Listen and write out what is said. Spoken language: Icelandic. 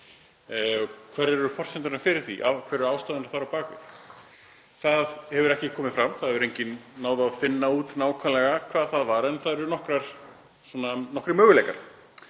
Hverjar eru forsendurnar fyrir því? Hver er ástæðan þar á bak við? Það hefur ekki komið fram. Það hefur enginn náð að finna út nákvæmlega hvað það var, en það eru nokkrir möguleikar.